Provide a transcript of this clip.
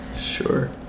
sure